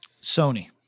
sony